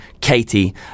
Katie